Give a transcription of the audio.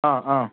ꯑꯥ ꯑꯥ